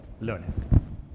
learning